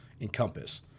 encompass